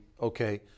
okay